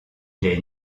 les